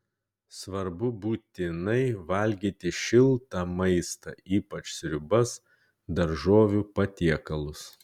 svarbu būtinai valgyti šiltą maistą ypač sriubas daržovių patiekalus